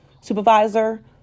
supervisor